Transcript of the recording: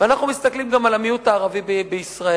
ואנחנו מסתכלים גם על המיעוט הערבי בישראל,